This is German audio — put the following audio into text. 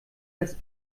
des